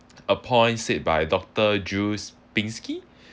a point said by doctor drews pinsky